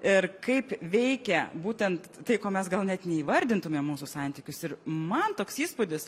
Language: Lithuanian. ir kaip veikia būtent tai ko mes gal net neįvardintumėm mūsų santykius ir man toks įspūdis